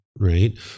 right